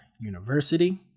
University